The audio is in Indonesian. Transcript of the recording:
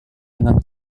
dengan